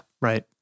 right